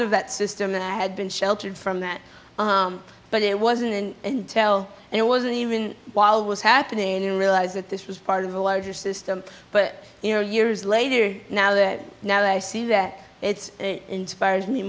of that system and i had been sheltered from that but it wasn't an intel and it wasn't even while was happening you realize that this was part of a larger system but you know years later now that now i see that it's inspired me